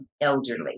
elderly